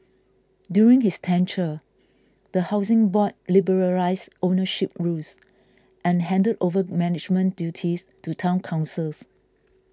during his tenure the Housing Board liberalised ownership rules and handed over management duties to Town Councils